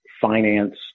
finance